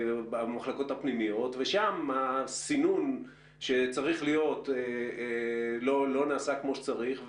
המחלקות הפנימיות ושם הסינון שצריך להיות לא נעשה כמו שצריך,